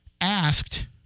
asked